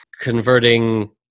converting